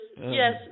Yes